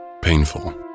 Painful